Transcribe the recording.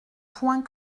point